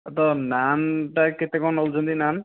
ତ ନାନ୍ ଟା କେତେ କ'ଣ ନେଉଛନ୍ତି ନାନ୍